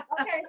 Okay